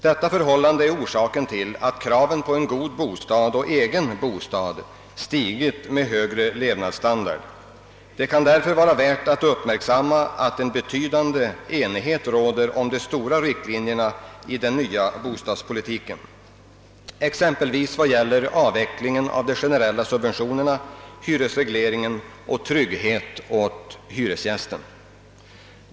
Detta förhållande är orsaken till att kraven på en god bostad och en egen bostad stigit med högre levnadsstandard. Det kan därför vara värt att uppmärksamma att en betydande enighet råder om de stora riktlinjerna i den nya bostadspolitiken, exempelvis vad gäller avvecklingen av de generella subventionerna, hyresregleringen och trygghet åt hyresgästen.